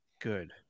Good